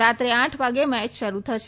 રાત્રે આઠ વાગે મેચ શરૂ થશે